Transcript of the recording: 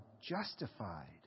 justified